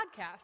podcast